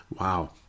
Wow